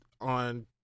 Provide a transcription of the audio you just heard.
on